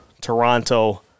Toronto